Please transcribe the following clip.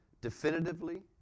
definitively